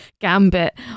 gambit